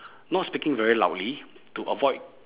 not speaking very loudly to avoid